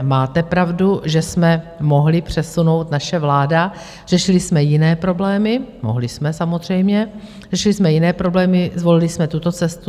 Máte pravdu, že jsme mohli přesunout, naše vláda řešili jsme jiné problémy, mohli jsme samozřejmě, řešili jsme jiné problémy, zvolili jsme tuto cestu.